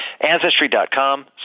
Ancestry.com